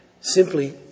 simply